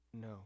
No